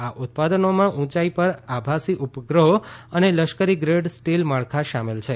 આ ઉત્પાદનોમાં ઉંચાઈ પર આભાસી ઉપગ્રહો અને લશ્કરી ગ્રેડ સ્ટીલ માળખાં શામેલ છે